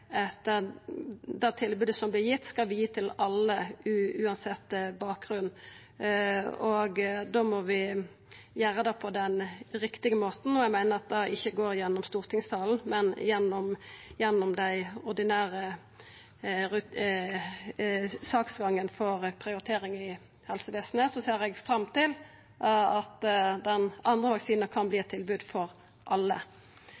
vi gi til alle, uansett bakgrunn. Då må vi gjera det på den riktige måten, og eg meiner at det ikkje går gjennom stortingssalen, men gjennom den ordinære saksgangen for prioritering i helsevesenet. Så ser eg fram til at den andre vaksinen kan verta eit tilbod for alle.